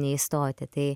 neįstoti tai